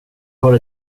har